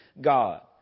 God